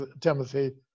Timothy